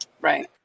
Right